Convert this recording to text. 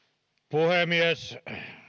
puhemies